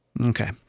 Okay